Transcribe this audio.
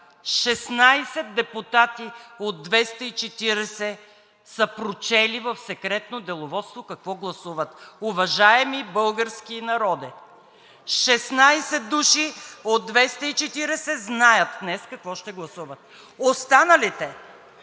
16 депутати от 240 са прочели в Секретно деловодство какво гласуват, уважаеми български народе! 16 души от 240 знаят днес какво ще гласуват! Останалите